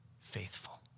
faithful